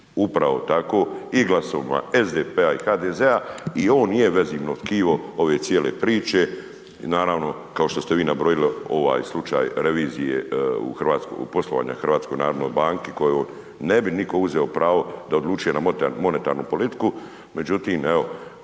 upravo tako i glasovima SDP-a i HDZ-a i on i je vezivno tkivo ove cijele priče i naravno kao što ste vi nabrojali, ovaj slučaj revizije u poslovanje HNB-a za koju ne bi nitko uzeo pravo da odlučuje na monetarnu politiku međutim evo,